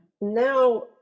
Now